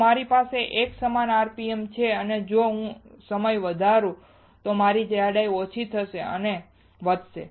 જો મારી પાસે એકસમાન rpm છે અને જો હું સમય વધારું તો મારી જાડાઈ ઓછી થશે અથવા વધશે